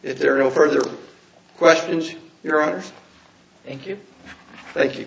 it there are no further questions your honor thank you thank you